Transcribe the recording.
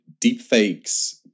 deepfakes